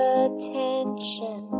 attention